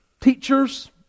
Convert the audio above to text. teachers